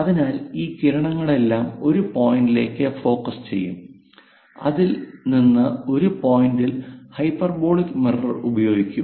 അതിനാൽ ഈ കിരണങ്ങളെല്ലാം ഒരു പോയിന്റിലേക്ക് ഫോക്കസ് ചെയ്യും അതിൽ നിന്ന് ഒരു പോയിന്റിൽ ഹൈപ്പർബോളിക് മിറർ ഉപയോഗിക്കും